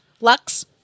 Lux